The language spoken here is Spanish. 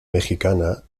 mexicana